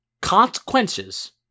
Consequences